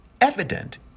evident